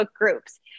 groups